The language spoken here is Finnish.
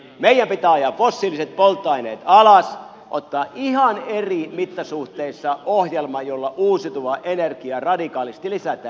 meidän pitää ajaa fossiiliset polttoaineet alas ottaa ihan eri mittasuhteissa ohjelma jolla uusiutuvaa energiaa radikaalisti lisätään